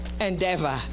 endeavor